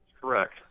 Correct